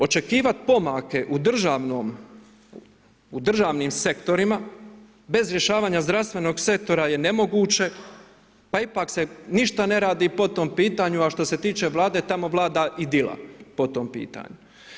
Očekivati pomake u državnim sektorima bez rješavanja zdravstvenog sektora je nemoguće pa ipak se ništa ne radi po tom pitanju a što se tiče Vlade tamo vlada idila po tom pitanju.